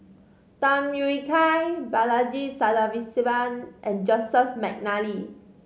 Tham Yui Kai Balaji Sadasivan and Joseph McNally